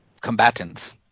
combatants